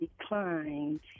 declined